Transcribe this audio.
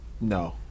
No